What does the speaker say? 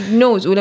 knows